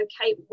Okay